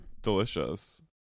delicious